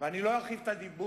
ואני לא ארחיב את הדיבור,